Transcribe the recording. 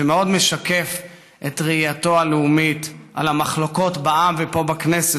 שמאוד משקף את ראייתו הלאומית על המחלוקות בעם ופה בכנסת,